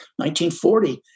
1940